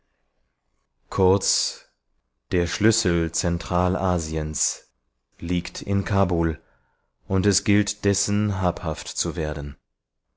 kurz der schlüssel zentralasiens liegt in kabul und es gilt dessen habhaft zu werden